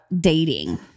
dating